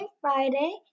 Friday